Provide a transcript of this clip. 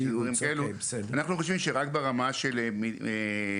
אנחנו חושבים שרק ברמת המטה,